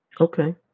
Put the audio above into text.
Okay